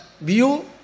view